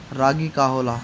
रागी का होला?